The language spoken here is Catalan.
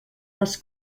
les